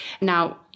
Now